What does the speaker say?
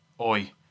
oi